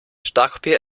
starkbier